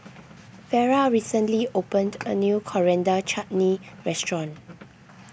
Vera recently opened a new Coriander Chutney restaurant